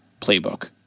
playbook